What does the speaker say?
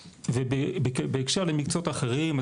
בהקשר למקצועות האחרים,